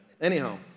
Anyhow